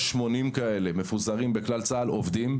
יש 80 כאלה שמפוזרים ועובדים בכלל צה"ל.